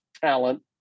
talent